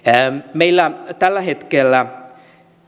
meillä tällä hetkellä